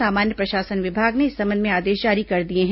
सामान्य प्रशासन विभाग ने इस संबंध में आदेश जारी कर दिया है